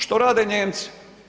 Što rade Nijemci?